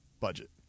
budget